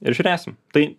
ir žiūrėsim tai